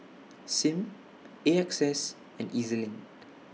SIM A X S and E Z LINK